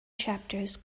chapters